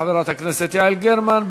חברת הכנסת יעל גרמן.